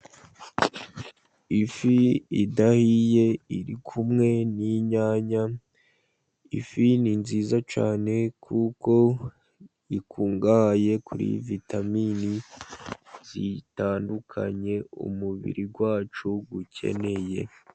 Ifi idahiye iri kumwe n'inyanya, ifi ni nziza cyane, kuko ikungahaye kuri vitamine zitandukanye, umubiri wacu ukeneye.